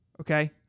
Okay